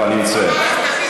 אני מצטער.